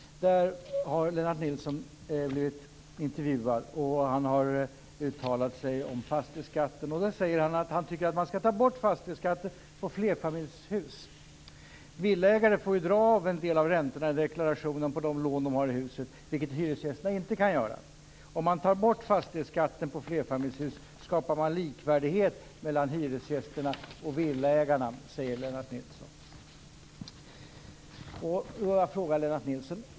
Där har han blivit intervjuad och uttalar sig om fastighetsskatten. Han tycker att man skall ta bort fastighetsskatten på flerfamiljshus. Vidare säger han: Villaägare får ju dra av en del av räntorna i deklarationen på de lån de har i huset, vilket hyresgästerna inte kan göra. Om man tar bort fastighetsskatten på flerfamiljshus skapar man likvärdighet mellan hyresgästerna och villaägarna.